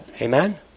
Amen